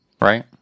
right